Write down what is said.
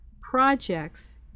projects